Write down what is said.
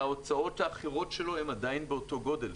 ההוצאות האחרות שלו הן עדיין באותו גודל.